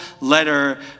letter